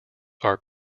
are